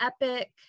epic